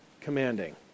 commanding